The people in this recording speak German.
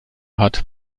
hat